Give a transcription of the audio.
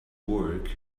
work